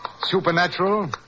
Supernatural